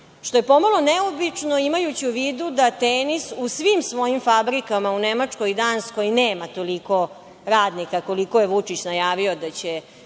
mesta. Pomalo je neobično, imajući u vidu da „Tenis“ u svim svojim fabrikama u Nemačkoj, Danskoj nema toliko radnika koliko je Vučić najavio da će